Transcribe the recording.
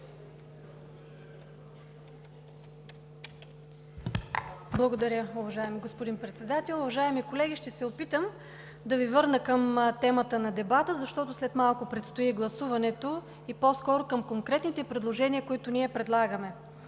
Благодаря, уважаеми господин Председател. Уважаеми колеги, ще се опитам да Ви върна към темата на дебата, защото след малко предстои гласуването и по-скоро към конкретните предложения, които ние предлагаме.